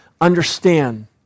understand